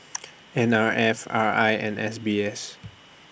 N R F R I and S B S